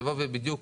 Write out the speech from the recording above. לבוא ובדיוק